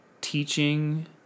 teaching